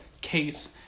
case